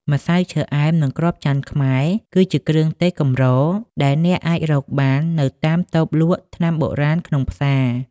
ម្សៅឈើអែម និងគ្រាប់ចន្ទន៍ខ្មែរ គឺជាគ្រឿងទេសកម្រដែលអ្នកអាចរកបាននៅតាមតូបលក់ថ្នាំបុរាណក្នុងផ្សារ។